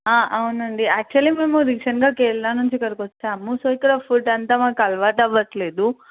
అవునండి యాక్చువల్లీ మేము రీసెంట్గా కేరళ నుంచి ఇక్కడికి వచ్చాము సో ఇక్కడ ఫుడ్ అంతా మాకు అలవాటు అవ్వట్లేదు